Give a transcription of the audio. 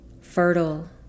fertile